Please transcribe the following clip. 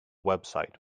website